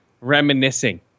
reminiscing